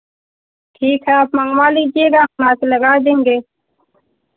ठीक है आप मँगवा लीजिएगा हम आके लगा देंगे